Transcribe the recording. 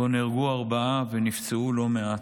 שבו נהרגו ארבעה ונפצעו לא מעט,